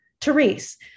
Therese